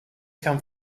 come